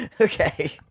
Okay